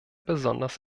besonders